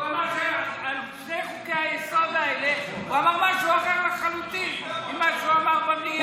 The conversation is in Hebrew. על שני חוקי-היסוד האלה הוא אמר משהו אחר לחלוטין ממה שהוא אמר במליאה.